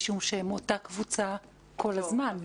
משום שהם אותה קבוצה כל הזמן,